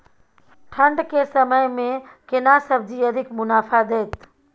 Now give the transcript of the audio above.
ठंढ के समय मे केना सब्जी अधिक मुनाफा दैत?